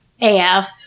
AF